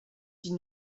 die